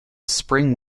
spring